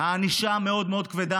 הענישה מאוד מאוד כבדה.